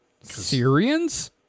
Syrians